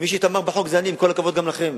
מי שתמך בחוק זה אני, עם כל הכבוד גם לכם.